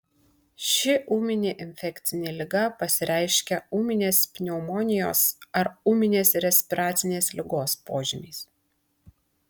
ši ūminė infekcinė liga pasireiškia ūminės pneumonijos ar ūminės respiracinės ligos požymiais